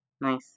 nice